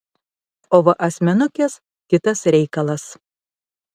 o va asmenukės kitas reikalas